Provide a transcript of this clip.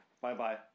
Bye-bye